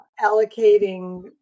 allocating